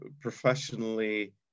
professionally